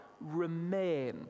remain